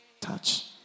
Touch